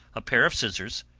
a pair of scissors,